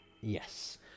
yes